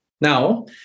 now